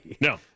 No